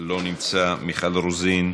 לא נמצא, מיכל רוזין,